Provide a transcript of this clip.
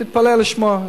תתפלא לשמוע,